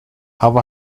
have